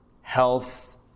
health